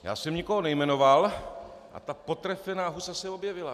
Já jsem nikoho nejmenoval a ta potrefená husa se objevila.